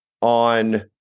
on